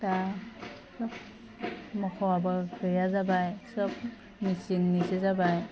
दा मख'वाबो गैया जाबाय सब मिचिननिसो जाबाय